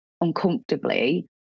uncomfortably